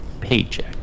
paycheck